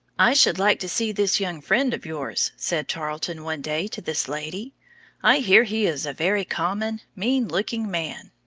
i should like to see this young friend of yours, said tarleton one day to this lady i hear he is a very common, mean-looking man.